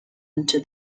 into